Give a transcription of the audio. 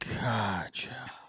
Gotcha